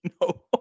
No